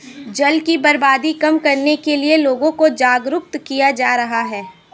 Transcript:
जल की बर्बादी कम करने के लिए लोगों को जागरुक किया जा रहा है